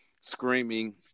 screaming